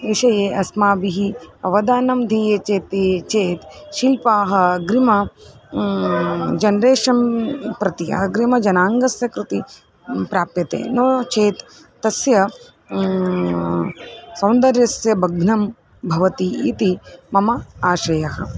विषये अस्माभिः अवधानं दीयते चेत् चेत् शिल्पाः अग्रिमं जन्रेशं प्रति अग्रिमजनाङ्गस्य कृते प्राप्यते नो चेत् तस्य सौन्दर्यस्य भग्नं भवति इति मम आशयः